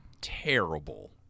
terrible